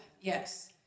yes